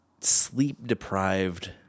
sleep-deprived